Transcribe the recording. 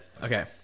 Okay